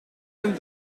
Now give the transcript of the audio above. een